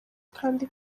kandi